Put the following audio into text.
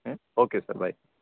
okay okay sir right